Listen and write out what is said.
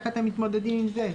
איך אתם מתמודדים עם זה?